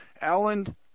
Alan